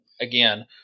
again